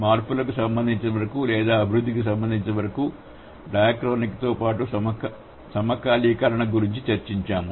మార్పులకు సంబంధించినంతవరకు లేదా అభివృద్ధికి సంబంధించినంతవరకు డయాక్రోనితో పాటు సమకాలీకరణ గురించి చర్చించాము